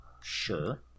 Sure